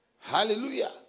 Hallelujah